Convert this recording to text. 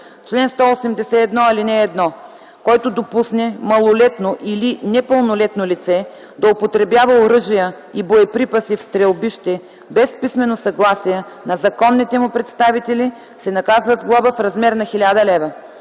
чл. 181: „Чл. 181. (1) Който допусне малолетно или непълнолетно лице да употребява оръжия и боеприпаси в стрелбище без писмено съгласие на законните му представители, се наказва с глоба в размер на 1000 лв.